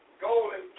golden